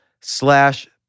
slash